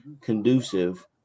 conducive